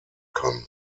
kann